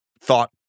thought